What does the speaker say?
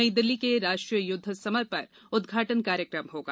नई दिल्ली के राष्ट्रीय युद्ध समर पर उद्घाटन कार्यक्रम होगा